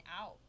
out